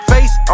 Face